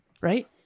Right